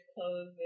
clothes